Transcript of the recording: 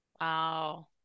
Wow